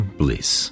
bliss